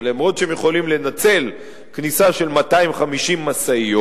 אף שהם יכולים לנצל כניסה של 250 משאיות,